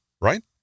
right